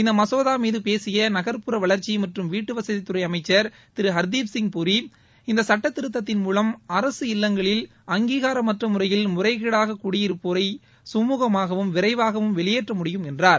இந்த மசோதா மீது பேசிய நகர்ப்புற வளர்ச்சி மற்றும் வீட்டுவசதித்துறை அமைச்சர் திரு ஹர்தீப் சிங் பூரி இந்த சட்டத்திருத்தத்தின் மூலம் அரசு இல்லங்களில் அங்கீகாரமற்ற முறையில் முறைகேடாக குடியிருப்போரை சுமூகமாகவும் விரைவாகவும் வெளியேற்ற முடியும் என்றார்